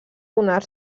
donar